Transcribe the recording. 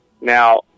Now